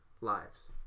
lives